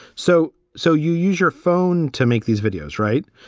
so. so you use your phone to make these videos, right?